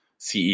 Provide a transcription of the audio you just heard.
CE